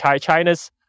China's